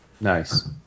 Nice